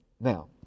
Now